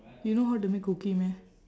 you know how to make cookie meh